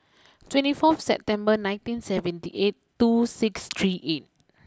twenty four September nineteen seventy eight two six three eight